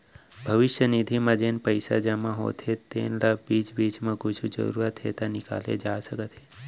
भविस्य निधि म जेन पइसा जमा होथे तेन ल बीच बीच म कुछु जरूरत हे त निकाले जा सकत हे